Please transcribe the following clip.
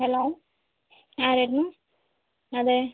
hello ആരായിരുന്നു അതെ